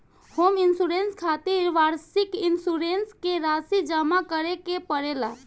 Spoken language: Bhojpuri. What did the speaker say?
होम इंश्योरेंस खातिर वार्षिक इंश्योरेंस के राशि जामा करे के पड़ेला